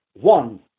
One